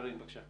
קארין, בבקשה.